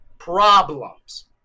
problems